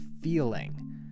feeling